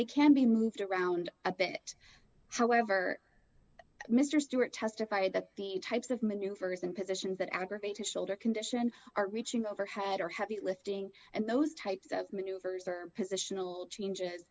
they can be moved around a bit however mr stewart testified that the types of maneuvers and positions that aggravate his shoulder condition are reaching overhead or heavy lifting and those types of maneuvers are positional changes